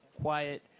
quiet